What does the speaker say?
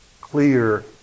clear